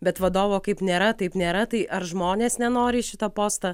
bet vadovo kaip nėra taip nėra tai ar žmonės nenori į šitą postą